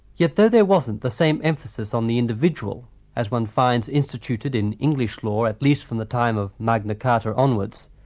yet though there wasn't the same emphasis on the individual as one finds instituted in english law, at least from the time of magna carta onwards,